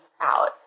out